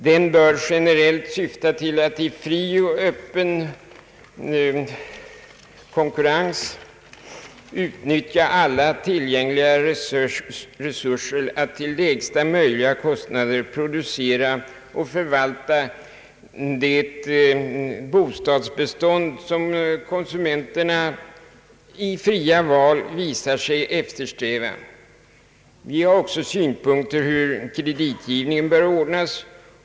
Den bör generellt sett syfta till att i fri och öppen konkurrens utnyttja alla tillgängliga resurser att till lägsta möjliga kostnader producera och förvalta det bostadsbestånd som konsumenterna i fritt val visar sig eftersträva. Vi anför också i det särskilda yttrandet vissa synpunk ter på hur kreditgivningen bör ordnas.